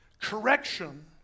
correction